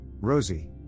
Rosie